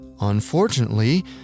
Unfortunately